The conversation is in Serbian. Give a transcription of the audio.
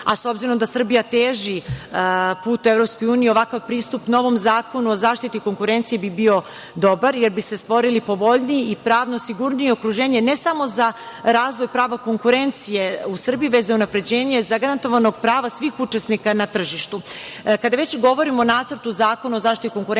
S obzirom da Srbija teži putu u EU, ovakav pristup novom Zakonu o zaštiti konkurencije bi bio dobar jer bi se stvorili povoljniji uslovi i pravno sigurnije okruženje, ne samo za razvoj prava konkurencije u Srbiji, već za unapređenje zagarantovanog prava svih učesnika na tržištu. Kada već govorimo o Nacrtu zakona o zaštiti konkurencije,